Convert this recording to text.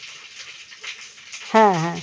হ্যাঁ হ্যাঁ